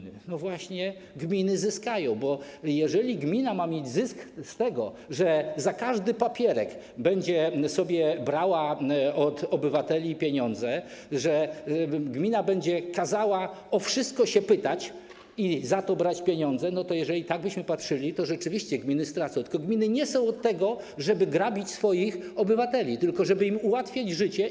No właśnie gminy zyskają, bo jeżeli gmina ma mieć zysk z tego, że za każdy papierek będzie brała od obywateli pieniądze, że będzie nakazywała o wszystko pytać i za to brać pieniądze, jeżeli tak byśmy patrzyli, to rzeczywiście gminy stracą, tylko gminy nie są od tego, żeby grabić swoich obywateli, tylko są od tego, żeby im ułatwiać życie.